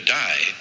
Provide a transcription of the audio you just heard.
die